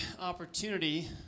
opportunity